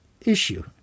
issue